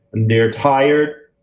and they're tired.